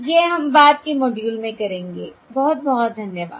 यह हम बाद के मॉड्यूल में करेंगे बहुत बहुत धन्यवाद